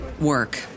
work